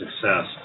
success